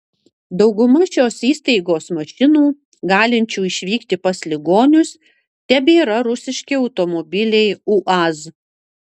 dauguma šios įstaigos mašinų galinčių išvykti pas ligonius tebėra rusiški automobiliai uaz